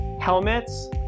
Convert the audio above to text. Helmets